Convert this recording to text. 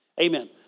Amen